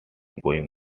going